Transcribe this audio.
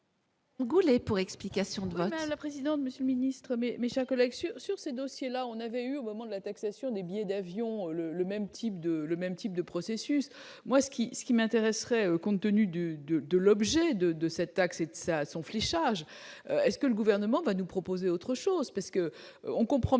Bocquet pour explication de vote.